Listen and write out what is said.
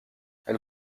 elle